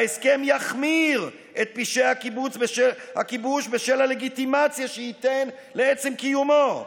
ההסכם יחמיר את פשעי הכיבוש בשל הלגיטימציה שייתן לעצם קיומו.